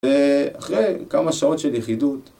ואחרי כמה שעות של יחידות